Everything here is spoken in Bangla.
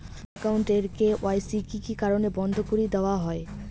ব্যাংক একাউন্ট এর কে.ওয়াই.সি কি কি কারণে বন্ধ করি দেওয়া হয়?